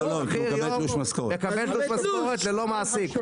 הוא מקבל תלוש משכורת ללא מעסיק.